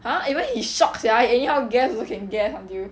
!huh! even he shocked sia he anyhow guess also can guess until